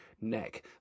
neck